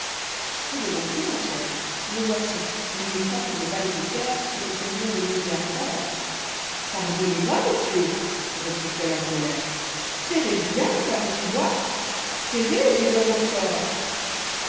volontiers ma chère le voici mais je crois qu'il n'est pas nécessaire que nous semons le noeud bien fort pardonnez-moi monsieur reprit-elle en colère serrez bien car j'y vois serrez j'y vois encor